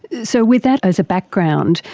so with that as a background,